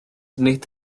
nid